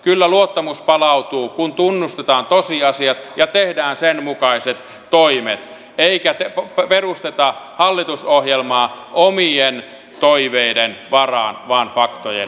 kyllä luottamus palautuu kun tunnustetaan tosiasiat ja tehdään sen mukaiset toimet eikä perusteta hallitusohjelmaa omien toiveiden varaan vaan faktojen varaan